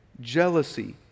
jealousy